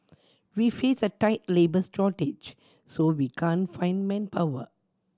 we face a tight labours shortage so we can't find manpower